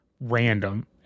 random